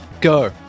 Go